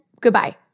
Goodbye